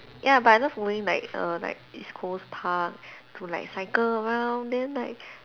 ya but I love going like err like East Coast Park to like cycle around then like